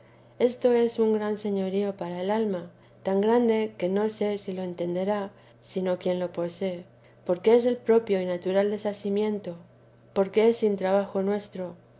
esto es un gran señorío para el alma tan grande que no sé si lo entenderá sino quien le posee porque es el propio y natural desasimiento porque es sin trabajo nuestro